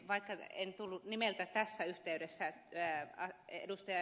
vaikka en tullut nimeltä tässä yhteydessä ed